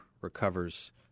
recovers